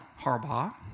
Harbaugh